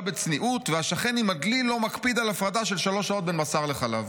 בצניעות והשכן עם הדלי לא מקפיד על הפרדה של שלוש שעות בין בשר לחלב.